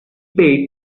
paid